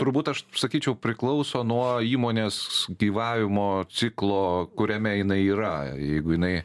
turbūt aš sakyčiau priklauso nuo įmonės gyvavimo ciklo kuriame jinai yra jeigu jinai